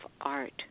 art